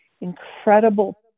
incredible